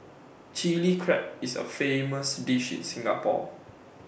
Chilli Crab is A famous dish in Singapore